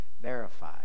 verify